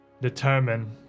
determine